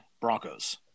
Broncos